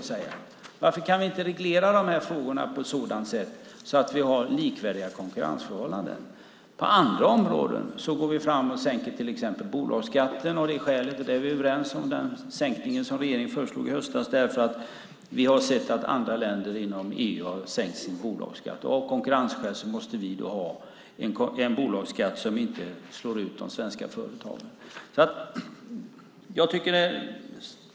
Varför kan vi inte reglera frågorna på ett sådant sätt att vi har likvärdiga konkurrensförhållanden? På andra områden går vi fram och sänker till exempel bolagsskatten. Vi är överens om den sänkning som regeringen föreslog i höstas därför att vi har sett att andra länder inom EU har sänkt sin bolagsskatt. Av konkurrensskäl måste vi ha en bolagsskatt som inte slår ut de svenska företagen.